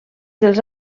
dels